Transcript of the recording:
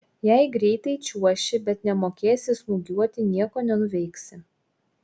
jei greitai čiuoši bet nemokėsi smūgiuoti nieko nenuveiksi